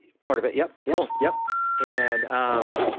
part of it yep yeah yep and um